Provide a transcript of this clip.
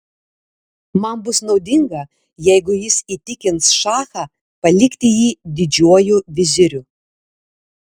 man bus naudinga jeigu jis įtikins šachą palikti jį didžiuoju viziriu